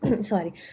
Sorry